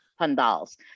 pandals